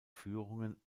führungen